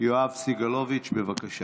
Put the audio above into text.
יואב סגלוביץ', בבקשה.